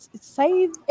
save